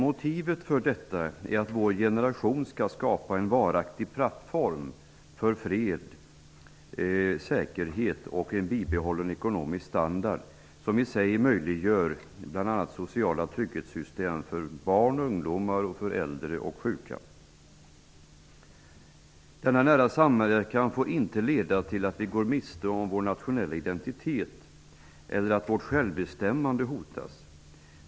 Motivet för detta är att vår generation skall skapa en varaktig plattform för fred, säkerhet och bibehållen ekonomisk standard, som bl.a. möjliggör sociala trygghetssystem för barn och ungdomar, äldre och sjuka. Denna nära samverkan får inte leda till att vi går miste om vår nationella identitet eller att vårt självbestämmande hotas.